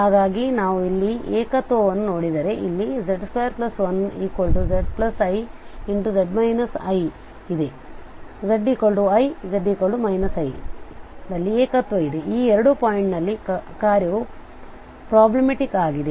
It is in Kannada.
ಹಾಗಾಗಿ ನಾವು ಇಲ್ಲಿ ಏಕತ್ವವನ್ನು ನೋಡಿದರೆಇಲ್ಲಿ z21zi ಇದೆ zi z i ದಲ್ಲಿ ಏಕತ್ವ ಇದೆ ಈ ಎರಡು ಪಾಯಿಂಟ್ ನಲ್ಲಿ ಕಾರ್ಯವು ಪ್ರೋಬ್ಲೆಮಟಿಕ್ ಆಗಿದೆ